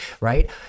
right